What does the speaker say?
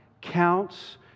counts